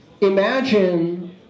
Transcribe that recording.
imagine